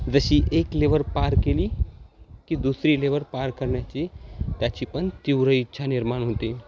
जशी एक लेवर पार केली की दुसरी लेवर पार करण्याची त्याची पण तीव्र इच्छा निर्माण होते